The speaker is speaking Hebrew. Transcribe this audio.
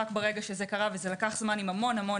רק כשזה קרה וזה לקח זמן עם המון-המון